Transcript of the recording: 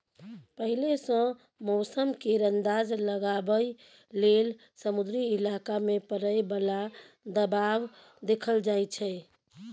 पहिले सँ मौसम केर अंदाज लगाबइ लेल समुद्री इलाका मे परय बला दबाव देखल जाइ छै